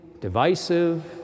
divisive